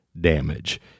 damage